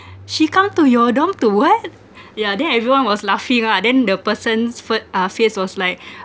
she come to your dorm to what yeah then everyone was laughing ah then the person's face uh face was like